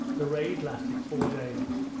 the raid lasted four days.